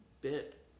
bit